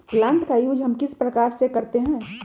Plant का use हम किस प्रकार से करते हैं?